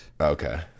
Okay